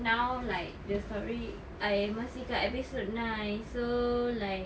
now like the story I masih kat episode nine so like